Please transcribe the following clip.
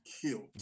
killed